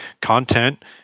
content